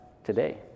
Today